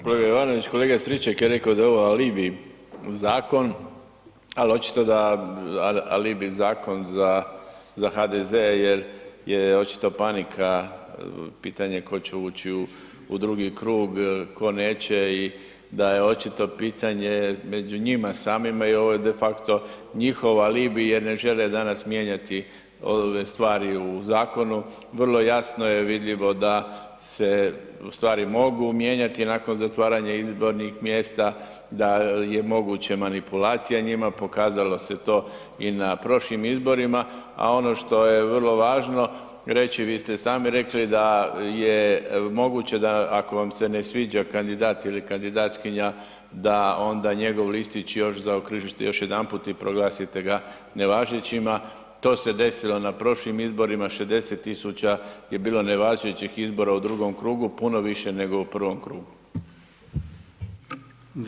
Kolega Jovanović, kolega Stričak je rekao da je ovo alibi zakon, al očito da alibi zakon za, za HDZ jer je očito panika, pitanje ko će ući u, u drugi krug, ko neće i da je očito pitanje među njima samima i ovo je defakto njihov alibi jer ne žele danas mijenjati ove stvari u zakonu, vrlo jasno je vidljivo da se stvari mogu mijenjati nakon zatvaranja izbornih mjesta, da je moguće manipulacija njima, pokazalo se to i na prošlim izborima, a ono što je vrlo važno reći, vi ste i sami rekli da je moguće da ako vam se ne sviđa kandidat ili kandidatkinja da onda njegov listić još zaokružite još jedanput i proglasite ga nevažećima, to se desilo na prošlim izborima 60 000 je bilo nevažećih izbora u drugom krugu, puno više nego u provom krugu.